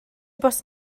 bws